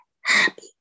happy